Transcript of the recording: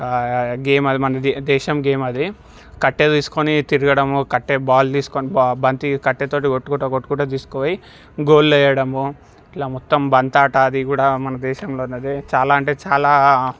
game అది మన దేశం గేమ్ అది కట్టె తీసుకొని తిరగడం కట్టే బాల్ తీసుకుని బంతిని కట్టెతోటి కొట్టుకుంటూ కొట్టుకుంటూ తీసుకుపోయి గోల్లో వేయడం ఇట్ల మొత్తం బంతాట అది కూడా మన దేశంలోది అది చాలా అంటే చాలా